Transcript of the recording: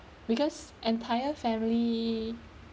because entire family